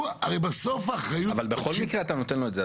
הרי בסוף האחריות --- אבל בכל מקרה אתה נותן לו את זה,